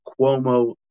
Cuomo